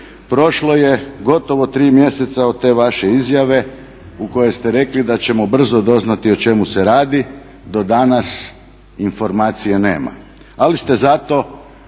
Prošlo je gotovo 3 mjeseca od te vaše izjave u kojoj ste rekli da ćemo brzo doznati o čemu se radi. Do danas informacija nema. Ali ste zato